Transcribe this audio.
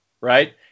right